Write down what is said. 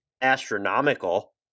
astronomical